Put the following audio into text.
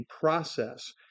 process